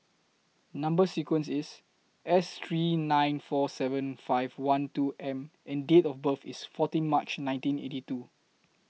Number sequence IS S three nine four seven five one two M and Date of birth IS fourteen March nineteen eighty two